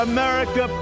America